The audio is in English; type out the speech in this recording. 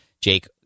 Jake